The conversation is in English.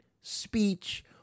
speech